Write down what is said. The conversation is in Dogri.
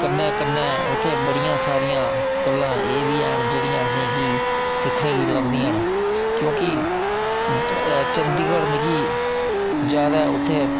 कन्नै कन्नै उत्थै बड़ियां सारियां गल्लां एह् बी हैन जेह्ड़ियां असें गी सिक्खने गी लभदियां न क्योंकि ओह् चंडीगढ़ मिगी जैदा उत्थै